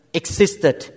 existed